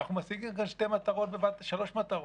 ואנחנו משיגים כאן שלוש מטרות.